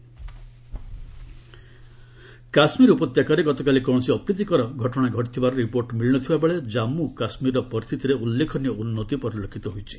J and K situation Kashmir ଉପତ୍ୟକାରେ ଗତକାଲି କୌଣସି ଅପ୍ରୀତିକର ଘଟଣା ଘଟିଥିବାର ରିପୋର୍ଟ ମିଳିନଥିବା ବେଳେ ଜାଞ୍ଗୁ କାଶ୍ମୀରର ପରିସ୍ଥିତିରେ ଉଲ୍ଲେଖନୀୟ ଉନ୍ନତି ପରିଲକ୍ଷିତ ହୋଇଛି